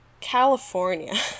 california